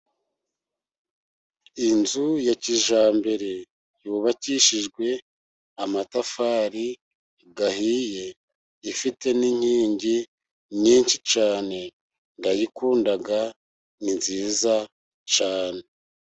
Inzu ya kijyambere yubakishijwe amatafari ahiye ,ifite n'inkingi nyinshi cyane, ndayikunda ni nziza cyane.